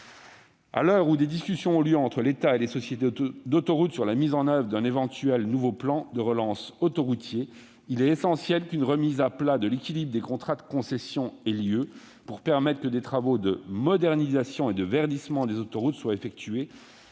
À l'heure où des discussions ont lieu entre l'État et les sociétés d'autoroutes sur la mise en oeuvre d'un éventuel nouveau plan de relance autoroutier, une remise à plat de l'équilibre des contrats de concession est essentielle pour permettre que des travaux de modernisation et de verdissement des autoroutes soient effectués